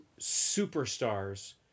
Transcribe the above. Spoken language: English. superstars